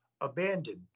abandoned